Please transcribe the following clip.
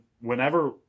whenever